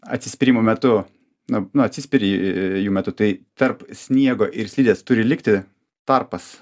atsispyrimo metu nu nu atsispiri jų metu tai tarp sniego ir slidės turi likti tarpas